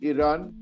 Iran